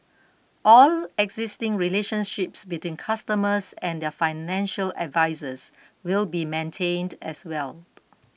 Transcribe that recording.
all existing relationships between customers and their financial advisers will be maintained as well